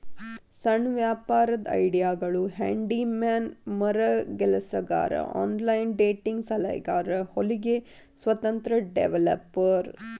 ಸಣ್ಣ ವ್ಯಾಪಾರದ್ ಐಡಿಯಾಗಳು ಹ್ಯಾಂಡಿ ಮ್ಯಾನ್ ಮರಗೆಲಸಗಾರ ಆನ್ಲೈನ್ ಡೇಟಿಂಗ್ ಸಲಹೆಗಾರ ಹೊಲಿಗೆ ಸ್ವತಂತ್ರ ಡೆವೆಲಪರ್